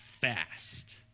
fast